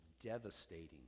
devastating